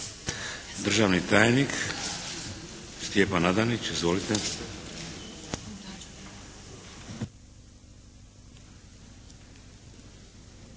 Državni tajnik Stjepan Adanić. Izvolite.